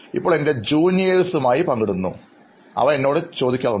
ഇപ്പോൾ എൻറെ ജൂനിയർമാരുമായി പങ്കിടാറുണ്ട് അവർ എന്നോട് ഇവ ചോദിക്കാറുണ്ട്